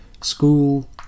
school